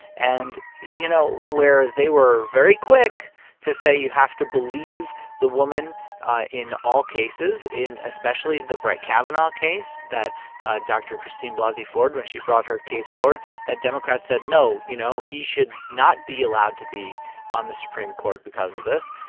and, you know where they were very quick to say you have to believe the woman in all cases, in especially the brett kavanaugh case that dr. christine blasey ford, when she brought her case forward that democrats said, no, you know, he should not be allowed to be on the supreme court because of this.